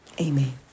Amen